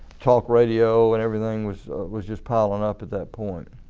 talk radio and everything was was just piling up at that point.